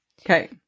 Okay